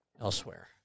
elsewhere